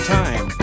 time